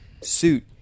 suit